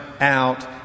out